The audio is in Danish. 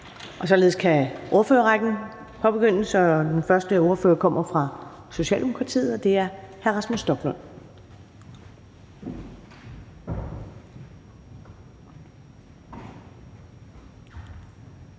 Således kan ordførerrækken påbegyndes, og den første ordfører kommer fra Socialdemokratiet. Det er hr. Rasmus Stoklund.